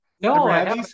no